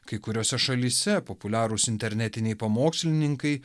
kai kuriose šalyse populiarūs internetiniai pamokslininkai